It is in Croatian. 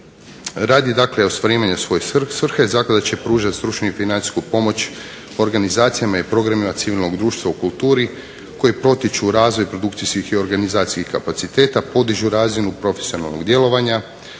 Radi dakle ostvarivanja svoje svrhe zaklada će pružati stručnu i financijsku pomoć organizacijama i programima civilnog društva u kulturi koji potiču razvoj produkcijskih i organizacijskih kapaciteta, podižu razinu profesionalnog djelovanja,